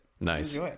Nice